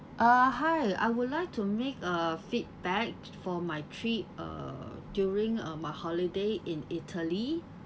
uh hi I would like to make a feedback for my trip uh during uh my holiday in italy